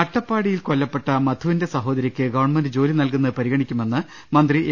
അട്ടപ്പാടിയിൽ കൊല്ലപ്പെട്ട മധുവിന്റെ സഹോദരിക്ക് ഗവൺമെന്റ് ജോലി നൽകുന്നത് പരിഗണിക്കുമെന്ന് മന്ത്രി എ